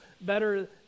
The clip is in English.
better